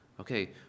Okay